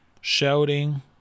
shouting